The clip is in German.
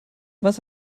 was